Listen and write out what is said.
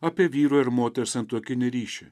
apie vyro ir moters santuokinį ryšį